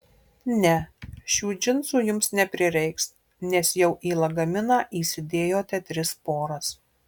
ne šių džinsų jums neprireiks nes jau į lagaminą įsidėjote tris poras